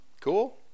Cool